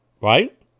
Right